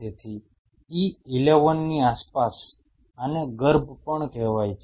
તેથી E11 ની આસપાસ આને ગર્ભ પણ કહેવાય છે